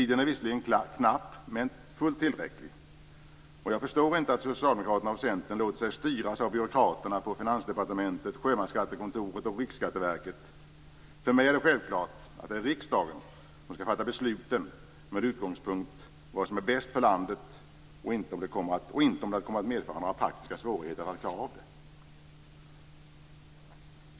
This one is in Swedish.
Tiden är visserligen knapp, men fullt tillräcklig. Jag förstår inte att Socialdemokraterna och Centern låter sig styras av byråkraterna på Finansdepartementet, Sjömansskattekontoret och Riksskatteverket. För mig är det självklart att det är riksdagen som skall fatta beslut med utgångspunkt i vad som är bäst för landet, inte med utgångspunkt i om det kommer att medföra praktiska svårigheter att klara av det hela.